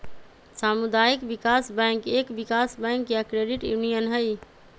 सामुदायिक विकास बैंक एक विकास बैंक या क्रेडिट यूनियन हई